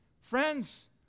Friends